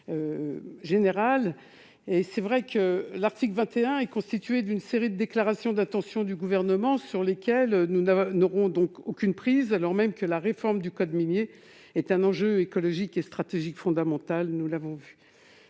aux ordonnances. L'article 21 est constitué d'une série de déclarations d'intentions du Gouvernement sur lesquelles nous n'avons aucune prise, alors même que la réforme du code minier est un enjeu écologique et stratégique fondamental. Pouvons-nous